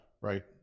right